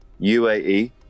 UAE